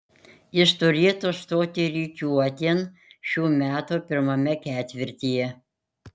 jis turėtų stoti rikiuotėn šių metų pirmame ketvirtyje